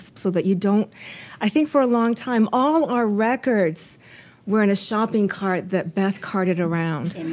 so that you don't i think for a long time, all our records were in a shopping cart that beth carted around.